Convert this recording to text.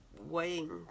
weighing